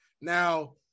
Now